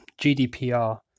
GDPR